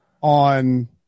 on